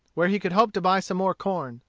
where he could hope to buy some more corn.